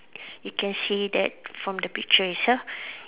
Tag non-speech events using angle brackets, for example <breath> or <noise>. you can see that from the picture itself <breath>